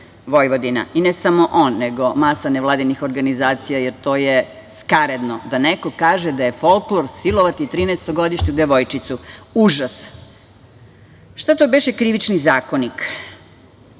Vojvodine. I ne samo on, nego masa nevladinih organizacija, jer to je skaredno da neko kaže da je folklor silovati trinaestogodišnju devojčicu. Užas! Šta to beše Krivični zakonik?